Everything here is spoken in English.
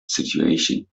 situation